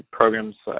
program's